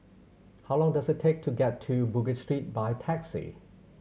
how long does it take to get to Bugis Street by taxi